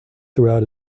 throughout